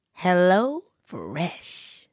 HelloFresh